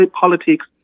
politics